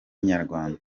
inyarwanda